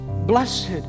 Blessed